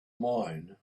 mine